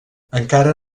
encara